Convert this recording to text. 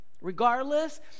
regardless